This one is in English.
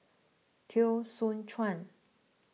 Teo Soon Chuan